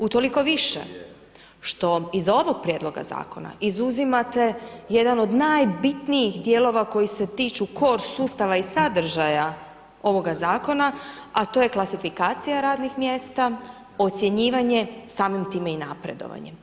Utoliko više što iz ovog prijedloga zakona izuzimate jedan od najbitnijih dijelova koji se tiču KOR sustava i sadržaja ovoga zakona to je klasifikacija radnih mjesta, ocjenjivanje, samim time i napredovanje.